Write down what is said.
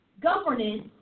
governance